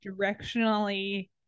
directionally